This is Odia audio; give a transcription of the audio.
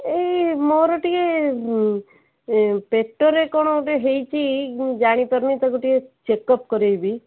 ଏଇ ମୋର ଟିକେ ପେଟରେ କ'ଣ ଗୋଟେ ହେଇଛି ମୁଁ ଜାଣିପାରୁନି ତାକୁ ଟିକେ ଚେକ୍ ଅପ୍ କରାଇବି